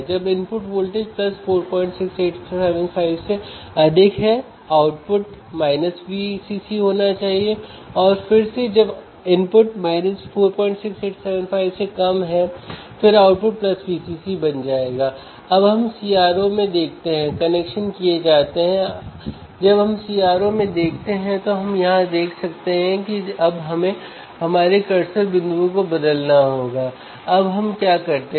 आप पोटेंशियोमीटर का उपयोग करके प्रतिरोध को 0 से 100 किलो ओम तक बदल सकते हैं